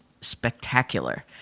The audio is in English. spectacular